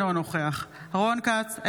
אינו נוכח רון כץ,